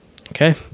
Okay